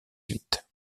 huit